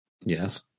Yes